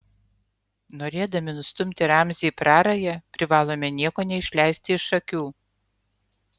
norėdami nustumti ramzį į prarają privalome nieko neišleisti iš akių